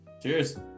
Cheers